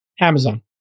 Amazon